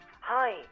Hi